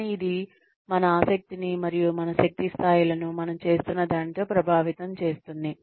కానీ ఇది మన ఆసక్తిని మరియు మన శక్తి స్థాయిలను మనం చేస్తున్న దానితో ప్రభావితం చేస్తుంది